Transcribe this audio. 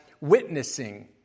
witnessing